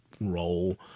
role